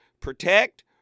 Protect